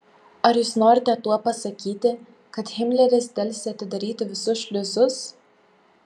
ar jūs norite tuo pasakyti kad himleris delsė atidaryti visus šliuzus